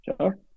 sure